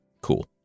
Cool